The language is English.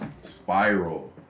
Spiral